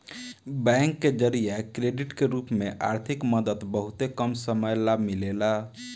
bank के जरिया credit के रूप में आर्थिक मदद बहुते कम समय ला मिलेला